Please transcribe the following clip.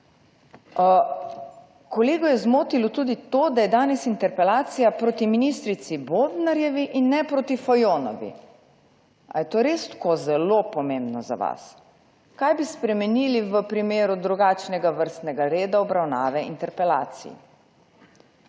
Kolego je zmotilo tudi to, da je danes interpelacija proti ministrici Bobnarjevi in ne proti Fajonovi. A je to res tako zelo pomembno za vas? Kaj bi spremenili v primeru drugačnega vrstnega reda obravnave interpelacij?